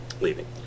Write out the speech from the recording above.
Leaving